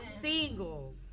single